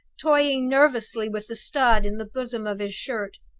toying nervously with the stud in the bosom of his shirt.